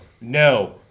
No